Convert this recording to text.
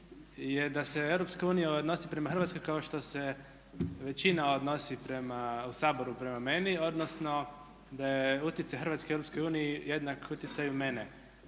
je da se EU odnosi prema Hrvatskoj kao što se većina odnosi prema u Saboru prema meni, odnosno da je utjecaj Hrvatske u EU jednak utjecaju mene